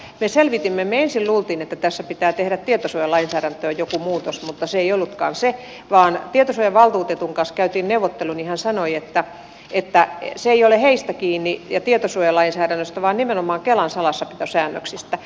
me ensin luulimme että tässä pitää tehdä tietosuojalainsäädäntöön joku muutos mutta se ei ollutkaan se vaan kun tietosuojavaltuutetun kanssa käytiin neuvottelu niin hän sanoi että se ei ole heistä ja tietosuojalainsäädännöstä kiinni vaan nimenomaan kelan salassapitosäännöksistä